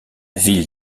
ville